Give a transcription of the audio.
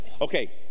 Okay